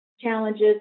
challenges